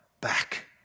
back